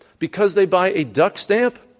because they buy a duck stamp?